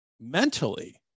mentally